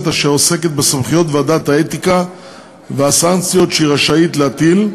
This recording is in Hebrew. אשר עוסקת בסמכויות ועדת האתיקה והסנקציות שהיא רשאית להטיל.